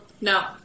No